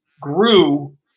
grew